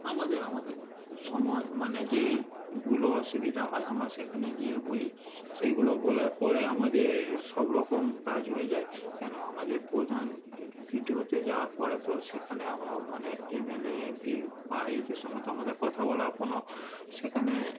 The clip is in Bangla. আমাদের আমাদের সময় মানে যেগুলো অসুবিধা হয় আমরা সেখানে গিয়ে বলি সেগুলো বলার পরে আমাদের সব রকম কাজ হয়ে যায় কেন আমাদের প্রধান বি ডি ওতে যাওয়ার পরে তো সেখানে আমরা মানে M L A M P বা ইয়েদের সঙ্গে তো আমাদের কথা বলার কোনো সেখানে